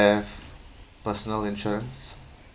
personal insurance